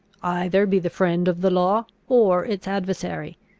either be the friend of the law, or its adversary.